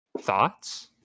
Thoughts